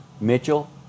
Mitchell